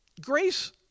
Grace